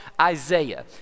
Isaiah